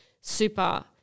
super –